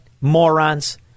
morons